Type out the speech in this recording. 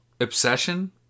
obsession